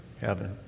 Heaven